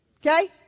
Okay